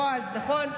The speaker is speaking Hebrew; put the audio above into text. גם בועז, נכון.